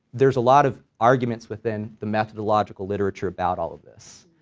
there's a lot of arguments within the methodological literature about all of this,